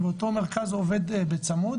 ואותו מרכז עובד בצמוד